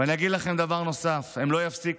ואני אגיד לכם דבר נוסף: הם לא יפסיקו.